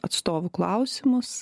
atstovų klausimus